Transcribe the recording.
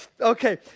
Okay